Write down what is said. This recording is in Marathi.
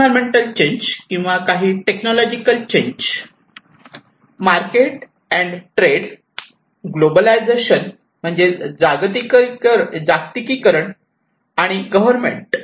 एन्व्हायरमेंटल चेंज किंवा काही technological change market and trade globalisation जागतिकीकरण आणि गव्हर्नमेंट